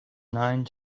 nine